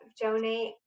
donate